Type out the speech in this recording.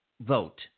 vote